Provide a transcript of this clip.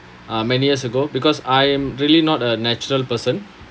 uh many years ago because I'm really not a natural person